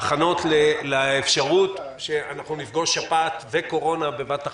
ההכנות לאפשרות שנפגוש שפעת וקורונה בבת אחת.